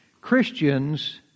Christians